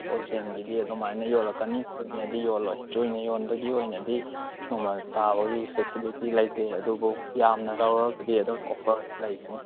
hall ꯁꯦꯜꯒꯤꯗꯤ ꯑꯗꯨꯃꯥꯏꯅ ꯌꯣꯂꯛꯀꯅꯤ ꯆꯣꯏꯅꯗꯤ ꯌꯣꯜꯂꯣꯏ ꯆꯣꯏꯅ ꯌꯣꯟꯕꯒꯤ ꯑꯣꯏꯅꯗꯤ ꯃꯃꯜ ꯇꯥꯕꯒꯤ ꯐꯦꯁꯤꯂꯤꯇꯤ ꯂꯩꯇꯦ ꯑꯗꯨꯕꯨ ꯌꯥꯝꯅ ꯂꯧꯔꯒꯗꯤ ꯑꯗꯨꯝ ꯑꯣꯐꯔ ꯂꯩꯒꯅꯤ